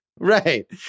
Right